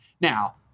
Now